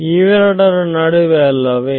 ಇವೆರಡರ ನಡುವೆ ಅಲ್ಲವೇ